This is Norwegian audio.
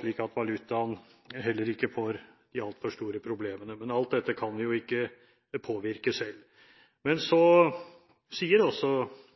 slik at valutaen heller ikke får de altfor store problemene. Men ikke noe av dette kan vi påvirke selv. Men så sier også